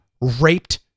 raped